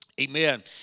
Amen